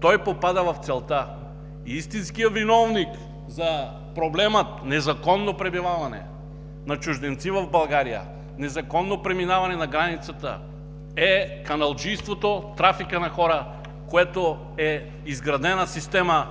той попада в целта. Истинският виновник за проблема „незаконно пребиваване на чужденци в България“, незаконно преминаваме на границата, е каналджийството, трафикът на хора, което е изградена система,